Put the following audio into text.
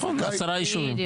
נכון, כעשרה ישובים.